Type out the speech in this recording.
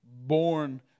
born